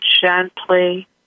gently